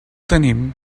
tenim